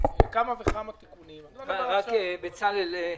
כמה וכמה תיקונים --- סליחה, בצלאל.